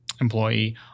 employee